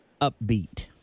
upbeat